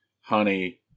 honey